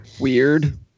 weird